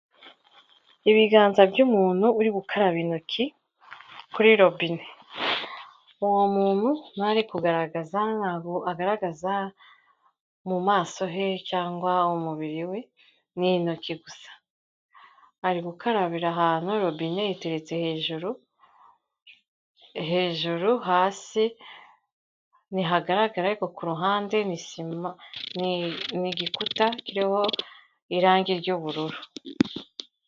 ibiganza by'umuntu uri gukaraba intoki kuri robine, uwo muntu bari kugaragaza, ntago ari kugaragaza mu maso he cyangwa umubiri we, n' intoki gusa ari gukarabira ahantu robine yiteretse hejuru, hejuru, hasi ntihagaragara ariko kuruhande ni sima, igikuta gisize irangi ry'ubururu.